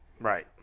Right